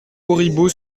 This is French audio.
auribeau